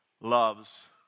loves